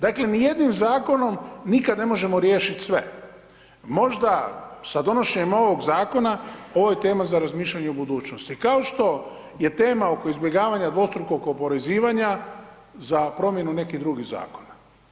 Dakle, ni jednim zakonom ne možemo riješit sve, možda sa donošenjem ovog zakona ovo je tema za razmišljanje o budućnosti, kao što je tema oko izbjegavanja dvostrukog oporezivanja za promjenu nekih drugih zakona.